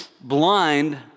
blind